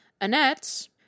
Annette